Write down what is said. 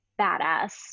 badass